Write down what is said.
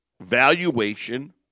valuation